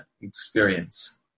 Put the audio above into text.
experience